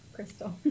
Crystal